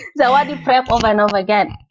zawadi prep over and over again.